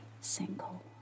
single